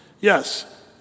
Yes